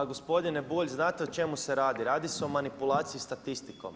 Pa gospodine Bulj znate o čemu se radi? radi se o manipulaciji statistikom.